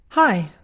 Hi